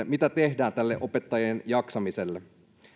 mitä tehdään opettajien jaksamiselle